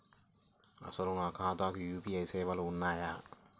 అసలు నా ఖాతాకు యూ.పీ.ఐ సేవలు ఉన్నాయా?